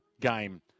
game